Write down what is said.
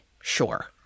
Sure